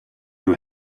you